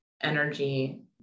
energy